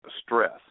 stress